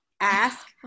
ask